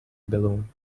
balloon